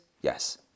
Yes